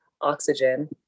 oxygen